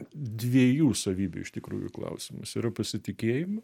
dviejų savybių iš tikrųjų klausimas yra pasitikėjimas